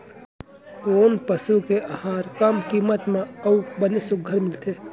कोन पसु के आहार कम किम्मत म अऊ बने सुघ्घर मिलथे?